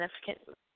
significant